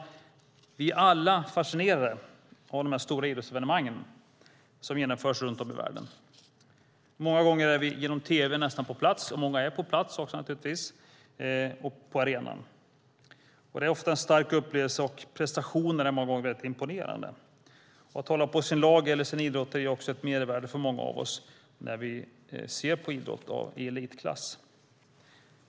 Vi är alla fascinerade av de stora idrottsevenemang som genomförs runt om i världen. Många gånger är vi genom tv nästan på plats - många är naturligtvis också på plats - på arenan. Det är ofta en stark upplevelse, och prestationerna är många gånger mycket imponerande. Att hålla på sitt lag eller sin idrottare ger också ett mervärde för många av oss när vi ser på idrott i elitklass.